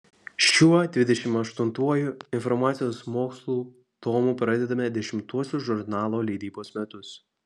šiuo dvidešimt aštuntuoju informacijos mokslų tomu pradedame dešimtuosius žurnalo leidybos metus